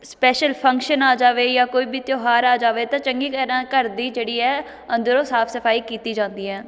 special function ਆ ਜਾਵੇ ਜਾਂ ਕੋਈ ਵੀ ਤਿਉਹਾਰ ਆ ਜਾਵੇ ਤਾਂ ਚੰਗੀ ਤਰ੍ਹਾਂ ਘਰ ਦੀ ਜਿਹੜੀ ਹੈ ਅੰਦਰੋਂ ਸਾਫ਼ ਸਫਾਈ ਕੀਤੀ ਜਾਂਦੀ ਹੈ